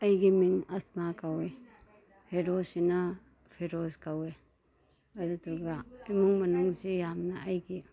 ꯑꯩꯒꯤ ꯃꯤꯡ ꯑꯁꯃꯥ ꯀꯧꯏ ꯍꯦꯔꯣꯁꯤꯅ ꯐꯤꯔꯣꯖ ꯀꯧꯏ ꯑꯗꯨꯒ ꯏꯃꯨꯡ ꯃꯅꯨꯡꯁꯤ ꯌꯥꯝꯅ ꯑꯩꯒꯤ